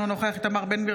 אינו נוכח איתמר בן גביר,